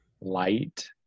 light